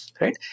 right